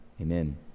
Amen